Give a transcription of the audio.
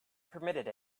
permitted